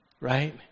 right